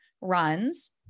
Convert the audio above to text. runs